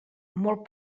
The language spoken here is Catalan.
molt